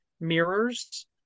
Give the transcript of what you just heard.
mirrors